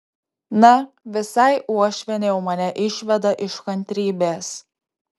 na visai uošvienė jau mane išveda iš kantrybės